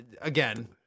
again